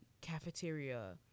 cafeteria